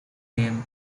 game